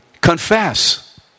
confess